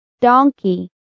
Donkey